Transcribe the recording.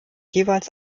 jeweils